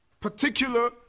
particular